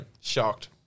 shocked